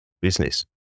business